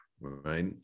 right